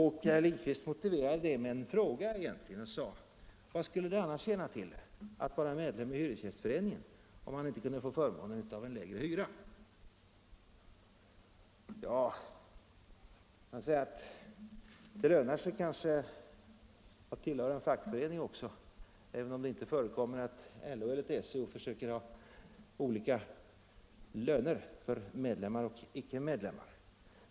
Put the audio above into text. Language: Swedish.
Herr Lindkvist hävdade detta med en fråga: Vad skulle det annars tjäna till att vara medlem i en hyresgästförening, om man inte kunde få förmånen av lägre hyra? Det lönar sig kanske att tillhöra en fackförening också, även om det inte förekommer att LO eller TCO försöker utverka olika löner för medlemmar och icke-medlemmar.